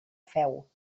feu